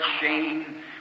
shame